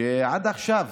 עד עכשיו